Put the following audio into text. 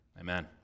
amen